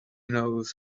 knows